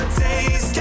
days